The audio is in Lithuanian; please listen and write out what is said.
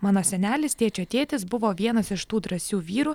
mano senelis tėčio tėtis buvo vienas iš tų drąsių vyrų